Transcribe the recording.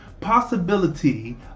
Possibility